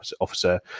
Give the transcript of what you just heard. officer